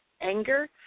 anger